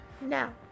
Now